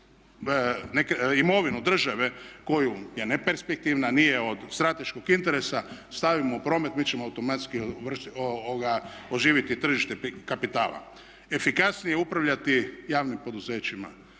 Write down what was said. imovinu države koja je neperspektivna, nije od strateškog interesa stavimo u promet mi ćemo automatski oživiti tržište kapitala. Efikasnije upravljati javnim poduzećima,